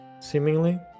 seemingly